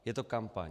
Je to kampaň.